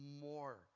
more